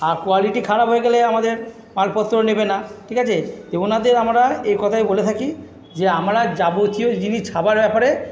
আর quality খারাপ হয়ে গেলে আমাদের মালপত্র নেবে না ঠিক আছে তো ওনাদের আমরা এই কথাই বলে থাকি যে আমরা যাবতীয় জিনিস ছাপার ব্যাপারে